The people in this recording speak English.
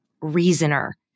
reasoner